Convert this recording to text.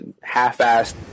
half-assed